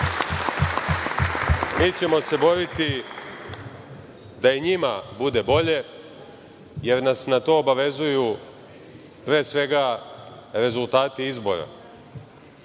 ćemo se boriti da i njima bude bolje, jer nas na to obavezuju, pre svega, rezultati izbora.